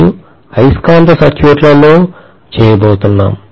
మరియు అయస్కాంత సర్క్యూట్లలో చేయబోతున్నాం